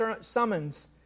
summons